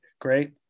great